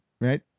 right